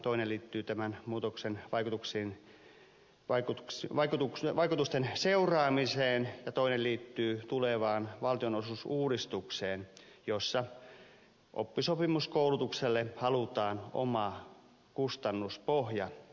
toinen liittyy tämän muutoksen vaikutusten seuraamiseen ja toinen liittyy tulevaan valtionosuusuudistukseen jossa oppisopimuskoulutukselle halutaan oma kustannuspohja